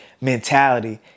mentality